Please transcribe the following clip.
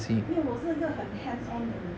因为我是一个很 hands on 的人